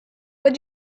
what